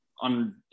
On